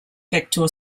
vector